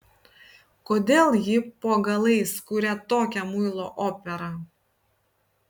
kodėl ji po galais kuria tokią muilo operą